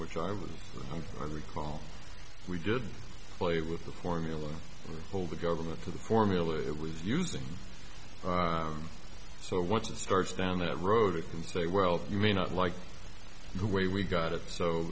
which i was i recall we good play with the formula hold the government for the formula it was using so once it starts down that road it can say well you may not like the way we got it so